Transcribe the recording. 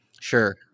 Sure